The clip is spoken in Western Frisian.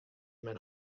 men